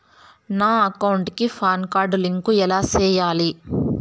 నా అకౌంట్ కి PAN card link ఎలా సేయాలి